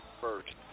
first